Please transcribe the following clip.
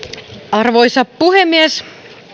arvoisa puhemies